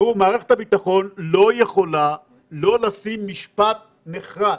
מערכת הביטחון לא יכולה שלא לשים משפט נחרץ,